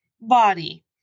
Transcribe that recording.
body